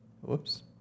whoops